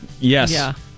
Yes